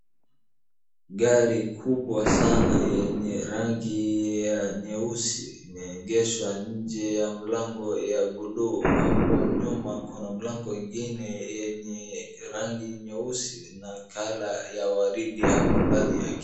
Gari kubwa sana yenye rangi ya nyeusi imeegeshwa nje ya mlango ya buluu. Hapo nyuma kuna mlango ingine yenye rangi nyeusi na colour ya waridi hapo ndani yake.